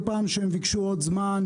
שכל פעם הם ביקשו עוד זמן,